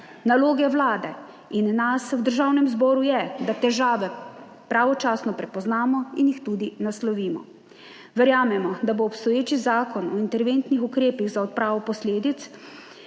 Naloga Vlade in nas v Državnem zboru je, da težave pravočasno prepoznamo in jih tudi naslovimo. Verjamemo da bo obstoječi Zakon o interventnih ukrepih za odpravo posledic